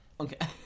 Okay